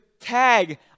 tag